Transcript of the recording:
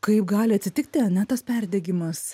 kaip gali atsitikti ane tas perdegimas